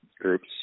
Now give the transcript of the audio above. groups